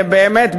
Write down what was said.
באמת,